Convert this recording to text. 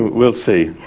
we'll see.